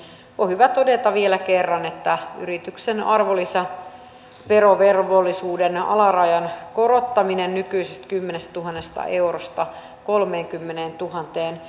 on hyvä todeta vielä kerran että yrityksen arvonlisäverovelvollisuuden alarajan korottaminen nykyisestä kymmenestätuhannesta eurosta kolmeenkymmeneentuhanteen